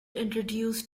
introduced